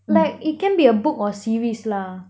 like it can be a book or series lah